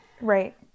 Right